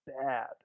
bad